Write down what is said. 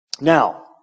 now